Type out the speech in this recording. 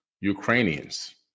ukrainians